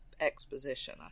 exposition